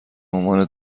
عنوان